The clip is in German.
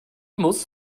muss